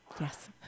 Yes